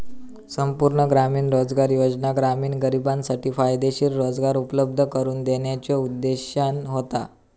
संपूर्ण ग्रामीण रोजगार योजना ग्रामीण गरिबांसाठी फायदेशीर रोजगार उपलब्ध करून देण्याच्यो उद्देशाने होता